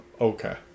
Okay